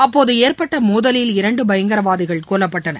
அப்போதுஏற்பட்டமோதலில் இரண்டுபயங்கரவாதிகள் கொல்லப்பட்டனர்